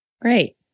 Great